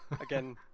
Again